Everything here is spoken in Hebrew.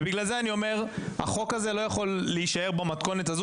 ובגלל זה אני אומר שהחוק הזה לא יכול להישאר במתכונת הזו